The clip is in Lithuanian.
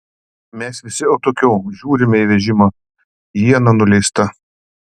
mes visi atokiau žiūrime į vežimą iena nuleista